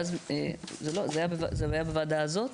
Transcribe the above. זה היה בוועדה הזאת?